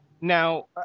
Now